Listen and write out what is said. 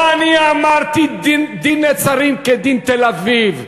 לא אני אמרתי "דין נצרים כדין תל-אביב",